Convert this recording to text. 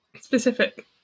Specific